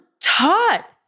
taught